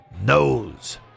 knows